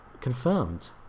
Confirmed